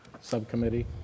subcommittee